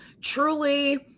Truly